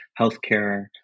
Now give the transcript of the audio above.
healthcare